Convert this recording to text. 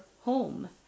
home